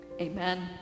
amen